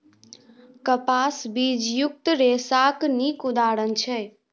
कपास बीजयुक्त रेशाक नीक उदाहरण छै